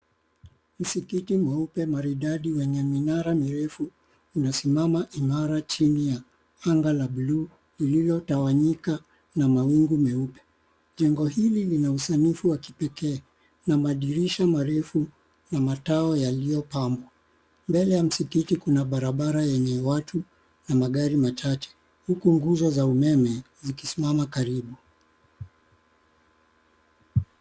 Msikiti mweupe maridadi wenye minara mirefu unasimama imara chini ya anga la buluu lililotawanyika na mawingu meupe. Jengo hili linausanifu wa kipekee na madirisha marefu na matao yaliyopambwa. Mbele ya msikiti kuna barabara yenye watu, na magari machache huku nguzo za umeme zikisimama karibu.